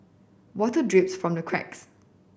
water drips from the cracks